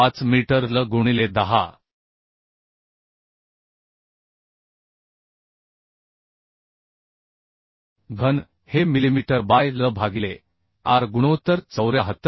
5मीटर L गुणिले 10 घन हे मिलिमीटर बाय L भागिले R गुणोत्तर 74